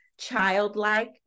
childlike